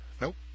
Nope